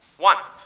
one.